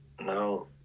no